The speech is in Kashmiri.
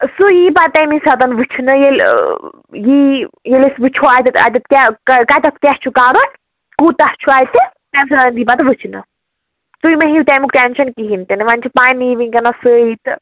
سُہ ییہِ پتہٕ تَمی ساتہٕ وُچھنہٕ ییٚلہِ یہِ یی ییٚلہِ أسۍ وُچھَو اَتٮ۪تھ اَتٮ۪تھ کیٛاہ کَتٮ۪تھ کیٛاہ چھُ کَرُن کوٗتاہ چھُ اَتہِ تَمہِ ساتہٕ یِیہِ پتہٕ وُچھنہٕ تُہۍ مہٕ ہیٚیِو تَمیُک ٹٮ۪نٛشَن کِہیٖنٛۍ تہِ نہٕ وۅنۍ چھِ پنٕنی ؤنکٮ۪نَس سٲری تہٕ